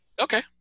okay